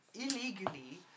illegally